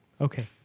Okay